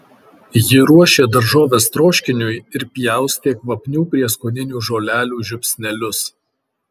ji ruošė daržoves troškiniui ir pjaustė kvapnių prieskoninių žolelių žiupsnelius